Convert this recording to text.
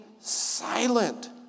silent